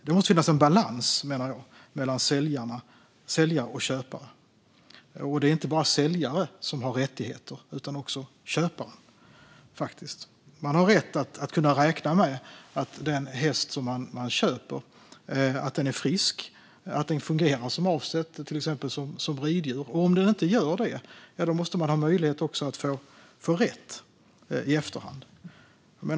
Det måste finnas en balans mellan säljare och köpare. Det är inte bara säljare som har rättigheter utan också köpare. Man har rätt att kunna räkna med att den häst som man köper är frisk och att den fungerar som avsett, till exempel som riddjur. Om den inte gör det måste man ha möjlighet att få rätt i efterhand.